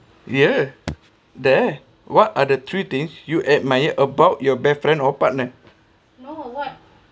yeah there what are the three things you admire about your best friend or partner